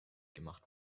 gemacht